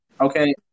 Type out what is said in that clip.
Okay